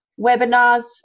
webinars